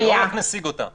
לא רק נשיג אותה.